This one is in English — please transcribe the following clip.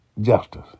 justice